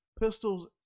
pistols